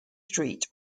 street